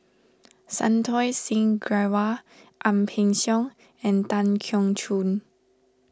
Santokh Singh Grewal Ang Peng Siong and Tan Keong Choon